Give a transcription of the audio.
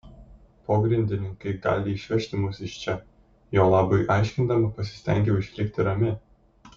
pogrindininkai gali išvežti mus iš čia jo labui aiškindama pasistengiau išlikti rami